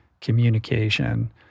communication